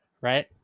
right